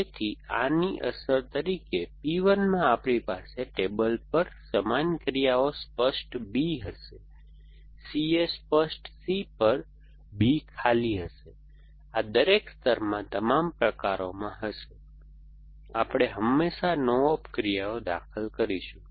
તેથી આની અસર તરીકે P 1 માં આપણી પાસે ટેબલ પર સમાન ક્રિયાઓ સ્પષ્ટ B હશે CA સ્પષ્ટ C પર B ખાલી હશે આ દરેક સ્તરમાં તમામ પ્રકારો માં હશે આપણે હંમેશા નો ઓપ ક્રિયાઓ દાખલ કરીશું